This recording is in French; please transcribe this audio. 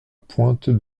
pointe